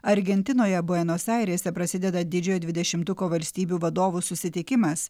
argentinoje buenos airėse prasideda didžiojo dvidešimtuko valstybių vadovų susitikimas